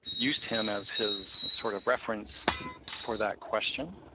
used him as his sort of reference for that question,